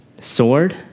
sword